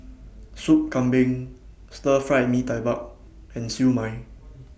Soup Kambing Stir Fried Mee Tai Mak and Siew Mai